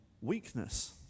weakness